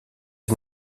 est